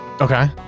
Okay